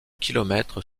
kilomètre